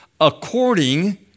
according